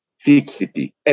fixity